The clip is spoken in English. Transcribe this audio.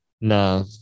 No